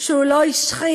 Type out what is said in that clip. שהוא לא השחית.